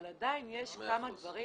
אבל עדיין יש כמה דברים